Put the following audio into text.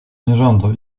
nierządu